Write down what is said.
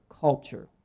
culture